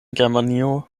germanio